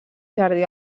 jardí